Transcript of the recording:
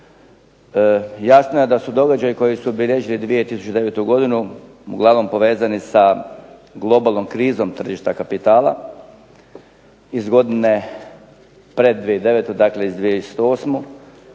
Jasno je da su događaji koji su bilježili 2009. godinu uglavnom povezani sa globalnom krizom tržišta kapitala, iz godine pred 2009., dakle iz 2008. te